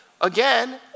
Again